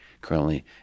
currently